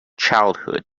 childhood